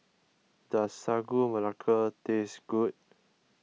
does Sagu Melaka taste good